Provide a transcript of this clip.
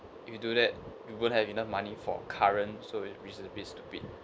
if you do that you won't have enough money for current so it's a bit stupid